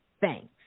thanks